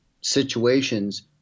situations